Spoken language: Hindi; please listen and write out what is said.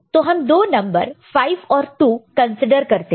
तो हम दो नंबर 5 और 2 कंसीडर करते हैं